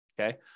Okay